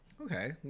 Okay